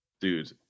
dude